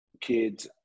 kids